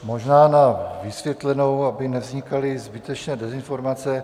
Možná na vysvětlenou, aby nevznikaly zbytečně dezinformace.